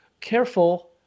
careful